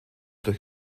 durch